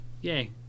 yay